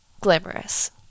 glamorous